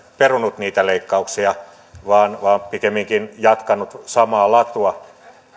perunut niitä leikkauksia vaan pikemminkin jatkanut samaa latua